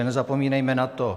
Nezapomínejme na to!